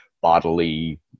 bodily